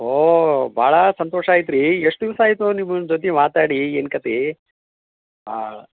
ಓ ಭಾಳ ಸಂತೋಷ ಆಯ್ತು ರೀ ಎಷ್ಟು ದಿವಸ ಆಯಿತು ನಿಮ್ಮನ್ನ ಜೊತೆ ಮಾತಾಡಿ ಏನು ಕತೀ ಹಾಂ